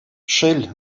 шел